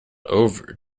over